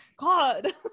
God